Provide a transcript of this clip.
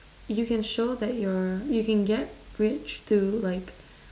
you can show that you're you can get rich through like